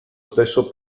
stesso